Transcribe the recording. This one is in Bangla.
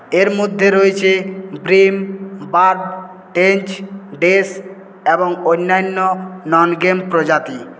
এর মধ্যে রয়েছে ব্রেম বার টেঞ্চ এবং অন্যান্য নন গেম প্রজাতি